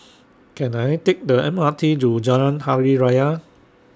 Can I Take The M R T to Jalan Hari Raya